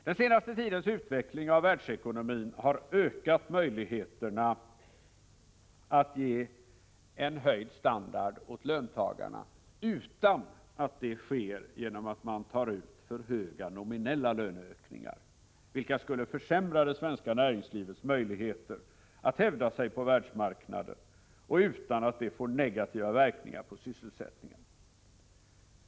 Den senaste tidens utveckling av världsekonomin har ökat möjligheterna att ge en höjd standard åt löntagarna utan att det sker genom att man tar ut för höga nominella löneökningar, vilka skulle försämra det svenska näringslivets möjligheter att hävda sig på världsmarknaden, och utan att det får negativa verkningar på sysselsättningen.